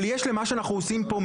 אבל יש למה שאנחנו עושים פה,